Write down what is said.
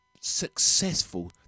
successful